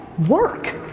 work.